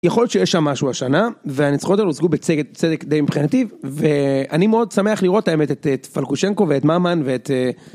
יכול שיש שם משהו השנה, והנצחונות האלו השגו בצדק די מבחינתי. ואני מאוד שמח לראות ת'אמת את פלקושצ'נקו ואת ממן ואת